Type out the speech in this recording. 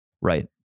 Right